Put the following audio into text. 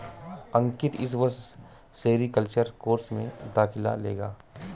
अंकित इस वर्ष sericulture course में दाखिला लेगा